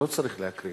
צריך להקריא